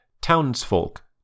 Townsfolk